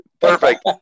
Perfect